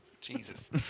Jesus